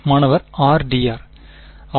மாணவர் r d r